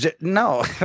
No